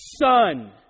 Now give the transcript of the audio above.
son